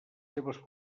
seves